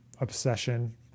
obsession